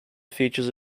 features